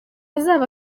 azaba